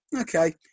okay